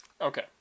Okay